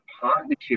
partnership